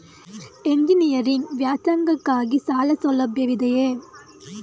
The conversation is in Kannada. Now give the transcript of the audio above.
ಎಂಜಿನಿಯರಿಂಗ್ ವ್ಯಾಸಂಗಕ್ಕಾಗಿ ಸಾಲ ಸೌಲಭ್ಯವಿದೆಯೇ?